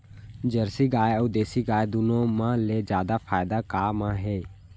Jersey गाय अऊ देसी गाय दूनो मा ले जादा फायदा का मा हे?